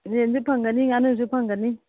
ꯌꯦꯟꯁꯨ ꯐꯪꯒꯅꯤ ꯉꯥꯅꯨꯁꯨ ꯐꯪꯒꯅꯤ